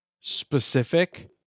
specific